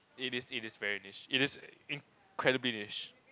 it is it is very niche it is incredibly niche